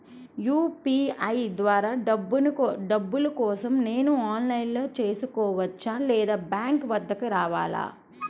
UPI ద్వారా డబ్బులు కోసం నేను ఆన్లైన్లో చేసుకోవచ్చా? లేదా బ్యాంక్ వద్దకు రావాలా?